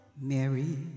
Mary